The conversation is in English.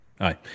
Aye